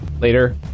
later